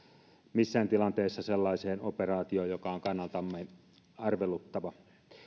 missään tilanteessa sellaiseen operaatioon joka on kannaltamme arveluttava